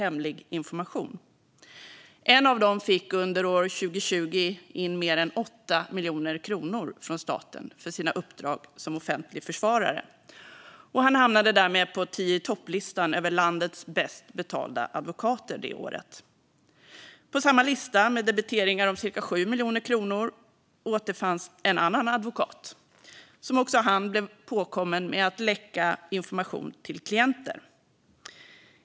En av dem fick under år 2020 in mer än 8 miljoner kronor från staten för sina uppdrag som offentlig försvarare, och han hamnade därmed på tio-i-topplistan över landets bäst betalda advokater det året. På samma lista, med debiteringar om cirka 7 miljoner skattekronor, återfanns en annan advokat som också han blev påkommen med att läcka information till klienter.